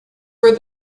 where